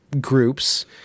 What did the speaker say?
groups